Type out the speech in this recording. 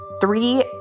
three